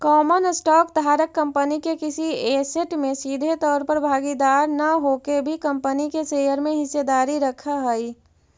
common stock धारक company के किसी ऐसेट में सीधे तौर पर भागीदार न होके भी कंपनी के शेयर में हिस्सेदारी रखऽ हइ